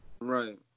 Right